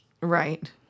Right